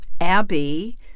Abby